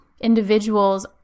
individuals